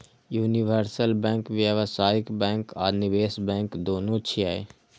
universal bank व्यावसायिक bank आ निवेश बैंक, दुनू छियै